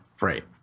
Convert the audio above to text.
right